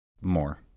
more